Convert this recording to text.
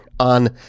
on